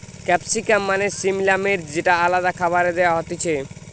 capsicum মানে সিমলা মির্চ যেটা আলাদা খাবারে দেয়া হতিছে